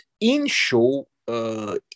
in-show